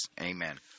Amen